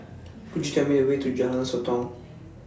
Could YOU Tell Me The Way to Jalan Sotong